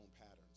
patterns